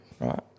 Right